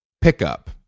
pickup